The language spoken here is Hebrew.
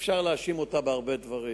אפשר להאשים אותה בהרבה דברים,